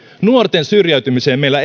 nuorten syrjäytymiseen meillä